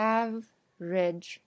average